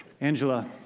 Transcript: Angela